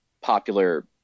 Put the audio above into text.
popular